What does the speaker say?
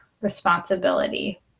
responsibility